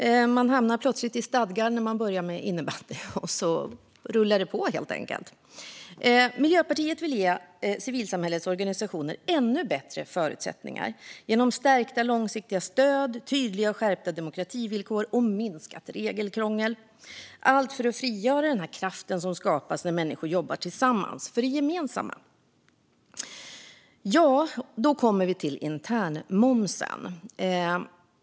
När man börjar med innebandy hamnar man plötsligt i stadgar, och så rullar det på helt enkelt. Miljöpartiet vill ge civilsamhällets organisationer ännu bättre förutsättningar genom stärkta och långsiktiga stöd, tydliga och skärpta demokrativillkor och minskat regelkrångel, allt för att frigöra den kraft som skapas när människor jobbar tillsammans för det gemensamma. Och då kommer vi till internmomsen.